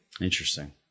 Interesting